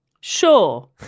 Sure